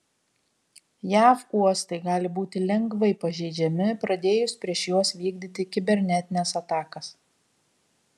jav uostai gali būti lengvai pažeidžiami pradėjus prieš juos vykdyti kibernetines atakas